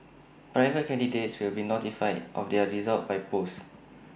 private candidates will be notified of their results by post